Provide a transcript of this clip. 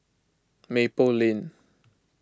Maple Lane